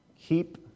Keep